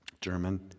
German